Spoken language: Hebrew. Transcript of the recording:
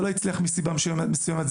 זה לא הצליח מסיבה מסויימת,